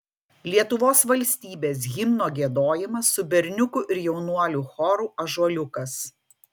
lietuvos valstybės himno giedojimas su berniukų ir jaunuolių choru ąžuoliukas